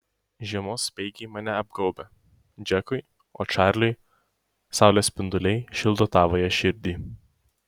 žiemos speigai mane apgaubia džekui o čarliui saulės spinduliai šildo tavąją širdį